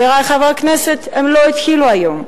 חברי חברי הכנסת, הם לא התחילו היום,